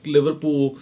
Liverpool